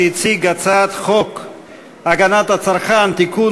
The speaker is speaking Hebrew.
שהציג הצעת חוק הגנת הצרכן (תיקון,